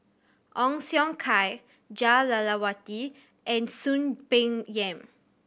Ong Siong Kai Jah Lelawati and Soon Peng Yam